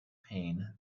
pain